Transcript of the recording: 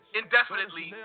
indefinitely